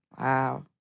Wow